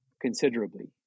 considerably